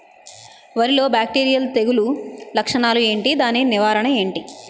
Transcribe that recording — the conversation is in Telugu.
వరి లో బ్యాక్టీరియల్ తెగులు లక్షణాలు ఏంటి? దాని నివారణ ఏంటి?